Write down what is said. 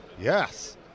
yes